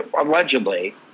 allegedly